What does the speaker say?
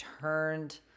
turned